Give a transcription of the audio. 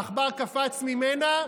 העכבר קפץ ממנה,